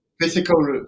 Physical